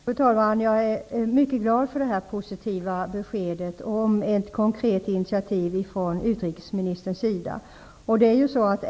Fru talman! Jag är mycket glad för detta positiva besked om ett konkret initiativ från utrikesministerns sida.